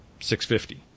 650